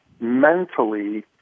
mentally